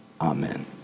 amen